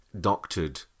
doctored